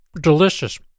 Delicious